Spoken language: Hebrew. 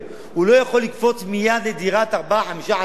הוא לא יכול לקפוץ מייד לדירת ארבעה-חמישה חדרים,